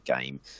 game